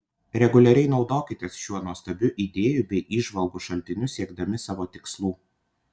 reguliariai naudokitės šiuo nuostabiu idėjų bei įžvalgų šaltiniu siekdami savo tikslų